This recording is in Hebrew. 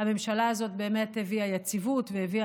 הממשלה הזאת באמת הביאה יציבות והביאה